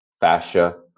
fascia